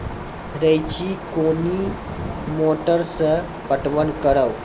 रेचा कोनी मोटर सऽ पटवन करव?